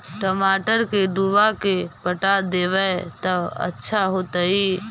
टमाटर के डुबा के पटा देबै त अच्छा होतई?